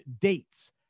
Dates